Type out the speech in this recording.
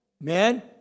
man